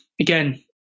again